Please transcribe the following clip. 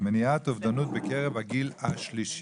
מניעת אובדנות בקרב הגיל השלישי.